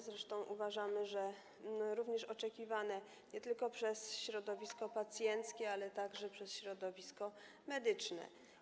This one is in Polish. Zresztą uważamy, że również oczekiwane nie tylko przez środowisko pacjenckie, ale także przez środowisko medyczne.